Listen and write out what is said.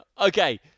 Okay